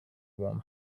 warm